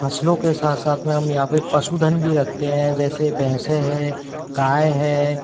फ़सलों के साथ साथ में हम यहाँ पर पशुधन भी रखते हैं जैसे भैंसें हैं गाय है